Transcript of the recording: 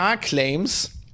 claims